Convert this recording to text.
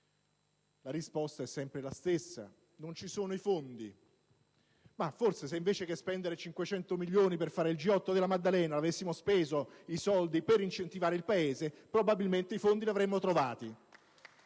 La risposta è sempre la stessa: non ci sono i fondi. Forse, se invece di spendere 500 milioni per fare il G8 alla Maddalena avessimo speso i soldi per incentivare il Paese, probabilmente i fondi li avremmo trovati.